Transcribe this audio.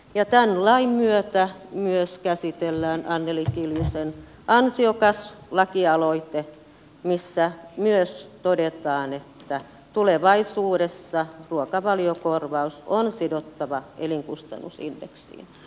tämän lain myötä myös käsitellään anneli kiljusen ansiokas lakialoite missä myös todetaan että tulevaisuudessa ruokavaliokorvaus on sidottava elinkustannusindeksiin